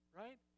right